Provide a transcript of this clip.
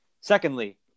Secondly